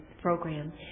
program